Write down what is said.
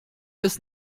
bis